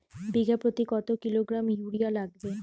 বিঘাপ্রতি কত kilogram urea লাগবে?